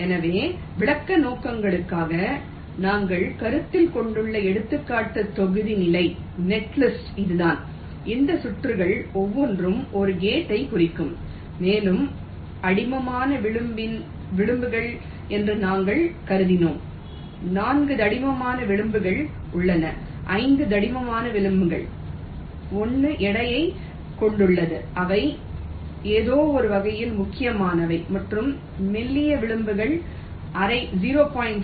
எனவே விளக்க நோக்கங்களுக்காக நாங்கள் கருத்தில் கொண்டுள்ள எடுத்துக்காட்டு தொகுதி நிலை நெட்லிஸ்ட் இதுதான் இந்த சுற்றுகள் ஒவ்வொன்றும் ஒரு கேட்டை குறிக்கும் மேலும் தடிமனான விளிம்புகள் என்று நாங்கள் கருதுகிறோம் 4 தடிமனான விளிம்புகள் உள்ளன 5 தடிமனான விளிம்புகள் 1 எடையைக் கொண்டுள்ளன அவை ஏதோவொரு வகையில் முக்கியமானவை மற்றும் மெல்லிய விளிம்புகள் அரை 0